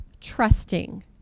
trusting